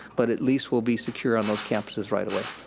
but at least we'll be secure on those campuses right away.